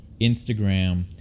Instagram